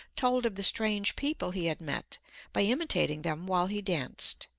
told of the strange people he had met by imitating them while he danced.